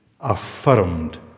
affirmed